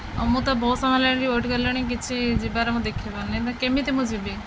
ମୁଁ ତ ବହୁତ ସମୟ ହେଲାଣିି ୱେଟ୍ କଲିଣି କିଛି ଯିବାର ମୁଁ ଦେଖିପାରୁନି କେମିତି ମୁଁ ଯିବି